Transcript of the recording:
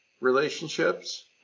relationships